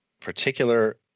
particular